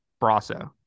Brasso